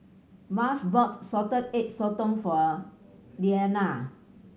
Marsh bought Salted Egg Sotong for Lyana